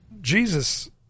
Jesus